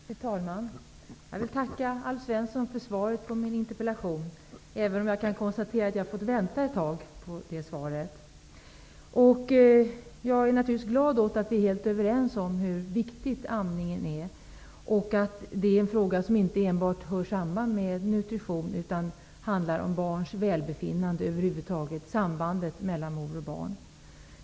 Fru talman! Jag vill tacka Alf Svensson för svaret på min interpellation även om jag kan konstatera att jag har fått vänta ett tag på svaret. Jag är naturligtvis glad över att vi är helt överens om hur viktig amningen är och att det är en fråga som hör samman inte enbart med nutrition utan handlar om barns väbefinnande över huvud taget, sambandet mellan mor och barn.